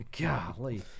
Golly